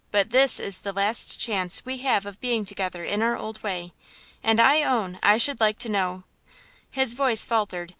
but this is the last chance we have of being together in our old way and i own i should like to know his voice faltered,